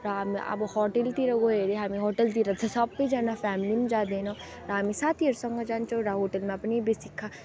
र हामी अब होटलतिर गयो अरे हामी होटलतिर चाहिँ सबैजना फ्यामिली पनि जाँदैन र हामी साथीहरूसँग जान्छौँ र होटलमा पनि बेसी खा